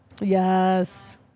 Yes